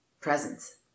presence